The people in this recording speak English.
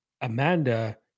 Amanda